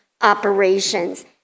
operations